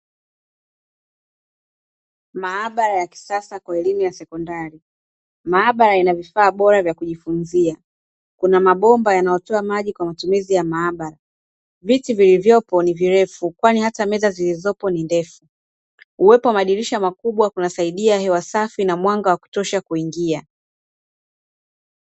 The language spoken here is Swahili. Maabara ya kisasa kwa elimu ya sekondari, Maabara ina vifaa bora kwa kujifunzia, Kuna mabomba yanayotoa maji kwa matumizi ya maabara. Viti vilivyopo ni virefu kwani hata meza zilizopo ni ndefu, uwepo wa madirisha makubwa kunasaidia hewa safi na mwanga wa kutosha kuingia.